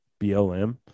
BLM